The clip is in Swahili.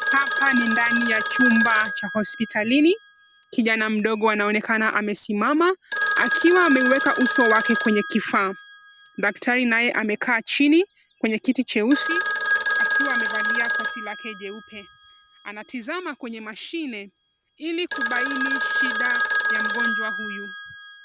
Hapa ni ndani ya chumba cha hospitalini. Kijana mdogo anaonekana amesimama, akiwa ameieweka uso wake kwenye kifaa. Daktari naye amekaa chini kwenye kiti cheusi akiwa amevalia koti lake jeupe. Anatizama kwenye mashine ili kubaini shida ya mgonjwa huyu.